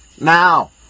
now